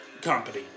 company